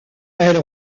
elle